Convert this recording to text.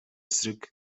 эсрэг